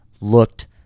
looked